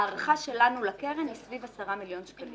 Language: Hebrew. ההערכה שלנו לקרן היא סביב 10 מיליון שקלים.